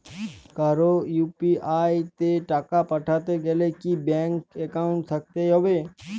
কারো ইউ.পি.আই তে টাকা পাঠাতে গেলে কি ব্যাংক একাউন্ট থাকতেই হবে?